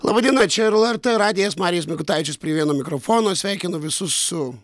laba diena čia ir lrt radijas marijus mikutavičius prie vieno mikrofono sveikinu visus su